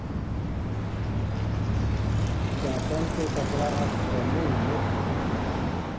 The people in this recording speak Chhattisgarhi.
कॉटन के कपड़ा ह बने मोठ्ठ होथे